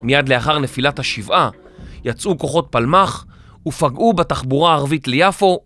מיד לאחר נפילת השבעה, יצאו כוחות פלמח ופגעו בתחבורה הערבית ליפו,